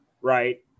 right